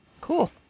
Cool